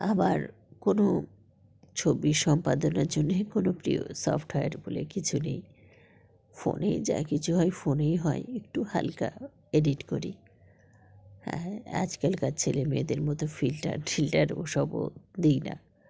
আবার কোনো ছবি সম্পাদনার জন্যেই কোনো প্রিয় সফটওয়্যার বলে কিছু নেই ফোনেই যা কিছু হয় ফোনেই হয় একটু হালকা এডিট করি হ্যাঁ হ্যাঁ আজকালকার ছেলেমেয়েদের মতো ফিল্টার ফিল্টার ওসবও দিই না